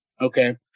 Okay